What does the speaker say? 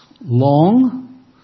long